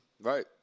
Right